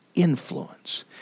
influence